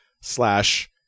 slash